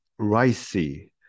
ricey